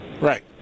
Right